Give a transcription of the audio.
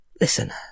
Listen